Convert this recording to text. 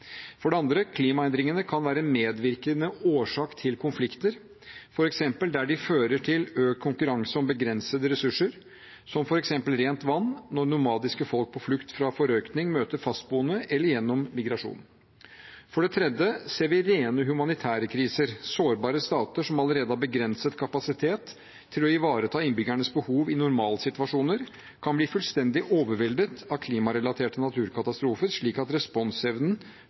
For det andre: Klimaendringene kan være medvirkende årsak til konflikter, f.eks. der de fører til økt konkurranse om begrensede ressurser, som f.eks. rent vann når nomadiske folk på flukt fra forøkning møter fastboende, eller gjennom migrasjon. For det tredje ser vi rene humanitære kriser. Sårbare stater som allerede har begrenset kapasitet til å ivareta innbyggernes behov i normalsituasjoner, kan bli fullstendig overveldet av klimarelaterte naturkatastrofer, slik at responsevnen